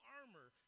armor